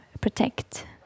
protect